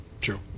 True